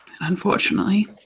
Unfortunately